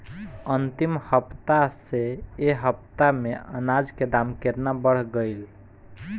अंतिम हफ्ता से ए हफ्ता मे अनाज के दाम केतना बढ़ गएल?